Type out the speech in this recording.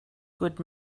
good